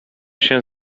się